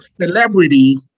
celebrity